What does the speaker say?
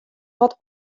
wat